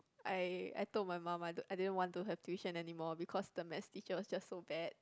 I I told my mum I don't I didn't want to have tuition anymore because the maths teacher was just so bad